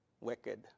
wicked